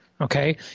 okay